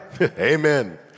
Amen